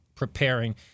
preparing